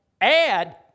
add